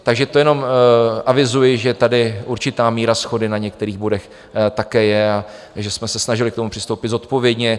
Takže to jenom avizuji, že tady určitá míra shody na některých bodech také je a že jsme se snažili k tomu přistoupit zodpovědně.